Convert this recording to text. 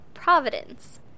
Providence